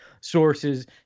sources